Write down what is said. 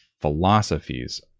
philosophies